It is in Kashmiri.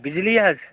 بجلی حظ